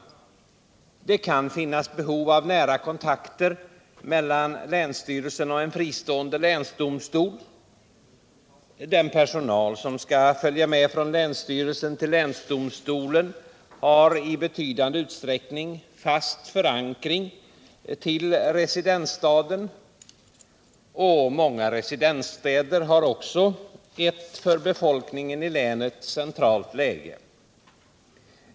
Det kan finnas behov av nära kontakter mellan länsstyrelse och en fristående länsdomstol. Den personal som skall följa med från länsstyrelsen till länsdomstolen har i betydande utsträckning fast förankring i residensstaden, och många residensstäder har också ett för befolkningen i länet centralt läge.